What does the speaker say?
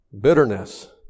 bitterness